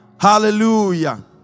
Hallelujah